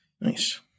Nice